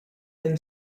been